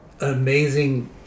amazing